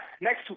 Next